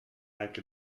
anche